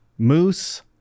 moose